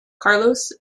carlos